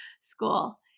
school